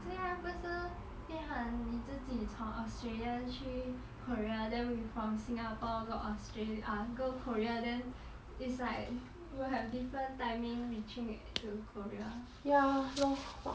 这样不是变成你自己从 australia 去 korea then we from singapore go australi~ uh go korea then it's like will have different timing reaching at to korea